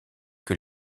que